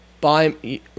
Buy